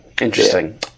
interesting